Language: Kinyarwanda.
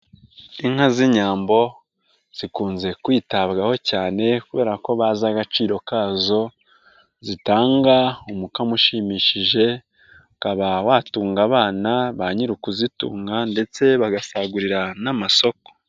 Inka z'Inyambo zikunze kwitabwaho cyane kubera ko bazi agaciro kazo zitanga umukamo ushimishije ukaba watunga abana ba nyiri ukuzitunga ndetse bagasagurira n'amasoko.